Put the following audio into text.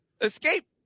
escape